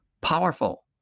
powerful